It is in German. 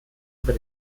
über